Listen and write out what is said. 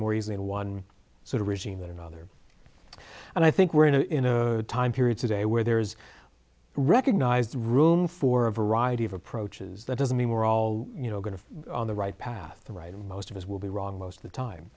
more easily in one sort of regime than another and i think we're in a time period today where there's recognized room for a variety of approaches that doesn't mean we're all you know going to the right path the right and most of us will be wrong most of the time